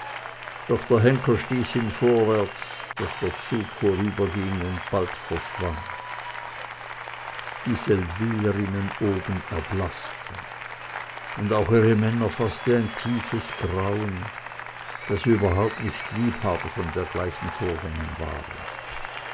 doch der henker stieß ihn vorwärts daß der zug vorüberging und bald verschwand die seldwylerinnen oben erblaßten und auch ihre männer faßte ein tiefes grauen da sie überhaupt nicht liebhaber von dergleichen vorgängen waren